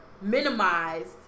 minimized